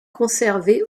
conservés